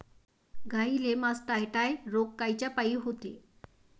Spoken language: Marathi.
गाईले मासटायटय रोग कायच्यापाई होते?